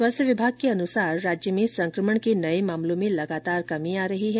स्वास्थ्य विभाग के अनुसार राज्य में संकमण के नए मामलों में लगातार कमी आ रही है